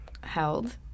Held